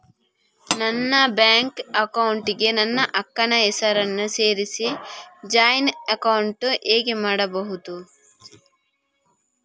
ನನ್ನ bank account ಗೆ ನನ್ನ ಅಕ್ಕ ನ ಹೆಸರನ್ನ ಸೇರಿಸಿ ಜಾಯಿನ್ ಅಕೌಂಟ್ ಹೇಗೆ ಮಾಡುದು?